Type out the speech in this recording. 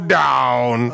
down